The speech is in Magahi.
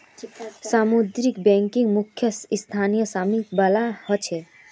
सामुदायिक बैंकिंग मुख्यतः स्थानीय स्वामित्य वाला ह छेक